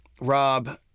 Rob